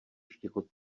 štěkot